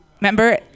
Remember